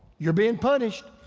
you're being punished.